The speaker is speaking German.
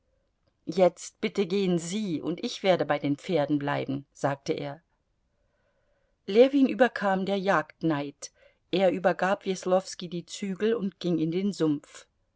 jetzt bitte gehen sie und ich werde bei den pferden bleiben sagte er ljewin überkam der jagdneid er übergab weslowski die zügel und ging in den sumpf